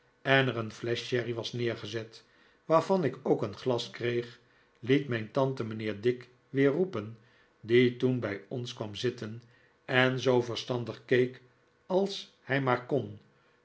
en er een flesch sherry was neergezet waarvan ik ook een glas kreeg liet mijn tante mijnheer dick weer roepen die toen bij ons kwam zitten en zoo verstandig keek als hij maar kon